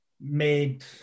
made